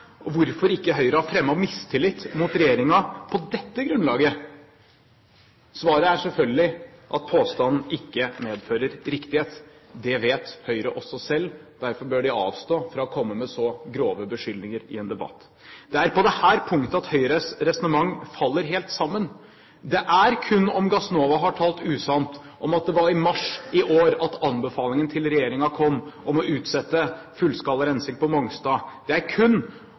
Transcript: om hvorfor Høyre ikke har fremmet mistillit mot regjeringen på dette grunnlaget. Svaret er selvfølgelig at påstanden ikke medfører riktighet. Det vet også Høyre selv. Derfor bør de avstå fra å komme med så grove beskyldninger i en debatt. Det er på dette punktet Høyres resonnement faller helt sammen. Det er kun om Gassnova har talt usant om at det var i mars i år at regjeringen fikk anbefalingen om å utsette fullskala rensing på Mongstad, kun